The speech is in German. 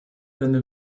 deine